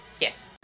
Yes